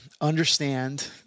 understand